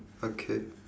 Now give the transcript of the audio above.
okay